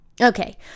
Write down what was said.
Okay